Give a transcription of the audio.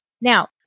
Now